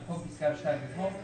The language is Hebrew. במקום פסקה (2) יבוא: